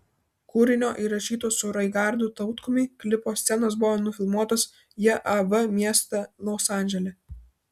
kūrinio įrašyto su raigardu tautkumi klipo scenos buvo nufilmuotos jav mieste los andžele